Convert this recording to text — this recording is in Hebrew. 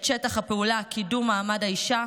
את שטח הפעולה: קידום מעמד האישה,